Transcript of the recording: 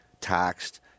taxed